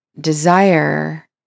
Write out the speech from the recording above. Desire